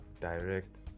direct